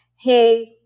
Hey